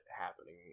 happening